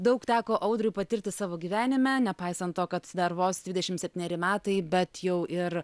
daug teko audriui patirti savo gyvenime nepaisant to kad dar vos dvidešimt septyneri metai bet jau ir